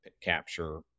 capture